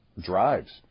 drives